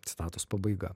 citatos pabaiga